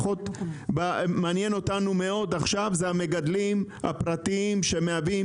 מעניין אותנו מאוד עכשיו המגדלים הפרטיים שמהווים